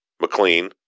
McLean